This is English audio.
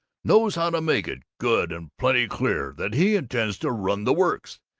knows how to make it good and plenty clear that he intends to run the works.